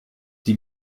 die